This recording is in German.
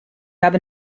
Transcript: habe